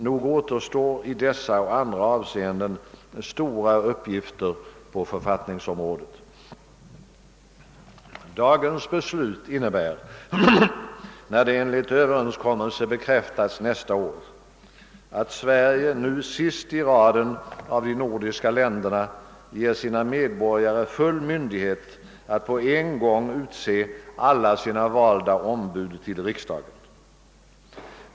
Nog återstår i dessa och andra avseenden stora uppgifter på författningsområdet. Dagens beslut innebär, när det enligt överenskommelse bekräftas nästa år, att Sverige nu sist i raden av de nordiska länderna ger sina medborgare full myndighet att på en gång utse alla sina valda ombud till riksdagen.